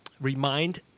remind